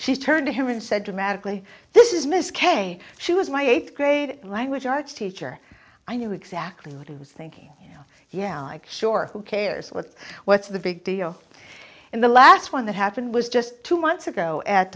she turned to him and said dramatically this is miss kay she was my eighth grade language arts teacher i knew exactly what he was thinking yeah yeah like sure who cares what what's the big deal in the last one that happened was just two months ago at